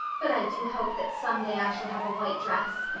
but i do hope that some day i shall have a white dress.